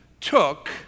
took